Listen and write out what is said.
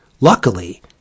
luckily